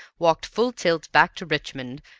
walked full tilt back to richmond,